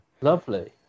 Lovely